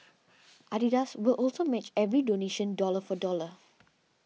Adidas will also match every donation dollar for dollar